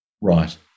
Right